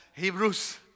Hebrews